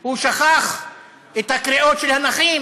הוא שכח את הקריאות של הנכים.